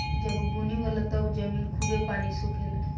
जब बुनी होला तब जमीन खूबे पानी सोखे ला